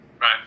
Right